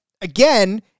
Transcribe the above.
again